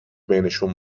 بینشون